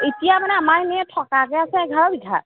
এতিয়া মানে আমাৰ এনেই থকাকৈ আছে এঘাৰবিঘা